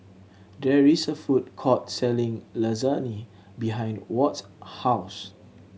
there is a food court selling Lasagne behind Watt's house